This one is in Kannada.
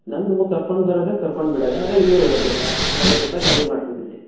ನಮ್ಮದು ಕರ್ಕೊಂಡ್ಬರೋದೆ ಕರ್ಕೊಂಡ್ಬಿಡೋದೆ ಆದರೆ ಇನ್ನೂರೈವತ್ತು ರೂಪಾಯಿ ಐವತ್ತು ರೂಪಾಯಿ ಕಮ್ಮಿ ಮಾಡ್ಕೋತೀನಿ